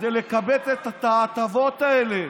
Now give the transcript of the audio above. כדי לקבל את ההטבות האלה.